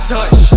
Touch